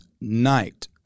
night